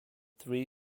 three